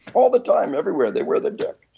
all the time everywhere they wear the dick.